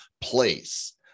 place